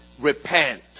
repent